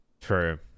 True